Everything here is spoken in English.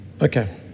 Okay